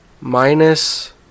Minus